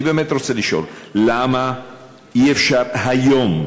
אני באמת רוצה לשאול: למה אי-אפשר היום,